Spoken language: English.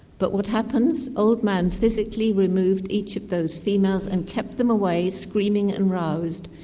but what happens? old man physically removed each of those females and kept them away, screaming and roused,